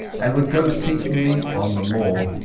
and would go seeking me on the moor.